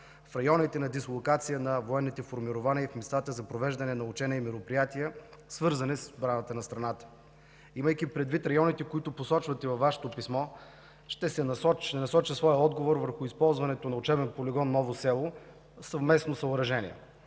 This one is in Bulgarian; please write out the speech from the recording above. в районите на дислокация на военните формирования и в местата за провеждане на учения и мероприятия, свързани с отбраната на страната. Имайки предвид районите, които посочвате във Вашето писмо, ще насоча своя отговор върху използването на учебен полигон „Ново село”, съвместно съоръжение